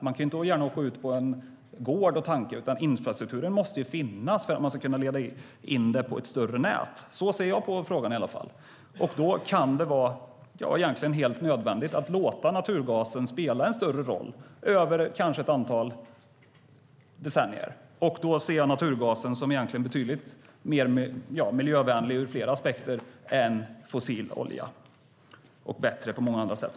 Man kan ju inte gärna åka ut till en gård och tanka, utan infrastrukturen måste finnas för att vi ska kunna leda in det på ett större nät. Så ser i alla fall jag på frågan. Då kan det egentligen vara helt nödvändigt att låta naturgasen spela en större roll över kanske ett antal decennier. Jag ser då naturgasen som betydligt mer miljövänlig än fossil olja ur flera aspekter. Den är även bättre på många andra sätt.